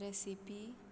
recipe